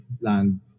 land